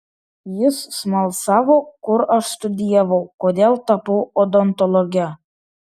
jis smalsavo kur aš studijavau kodėl tapau odontologe